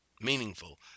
meaningful